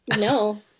No